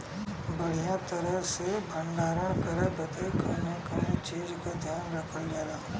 बढ़ियां तरह से भण्डारण करे बदे कवने कवने चीज़ को ध्यान रखल जा?